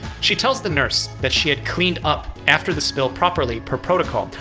she tells the nurse that she had cleaned up after the spill properly per protocol.